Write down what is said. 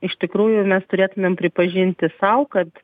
iš tikrųjų mes turėtumėm pripažinti sau kad